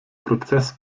prozess